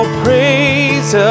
praise